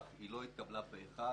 אך היא לא התקבל פה אחד.